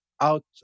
out